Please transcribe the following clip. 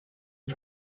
are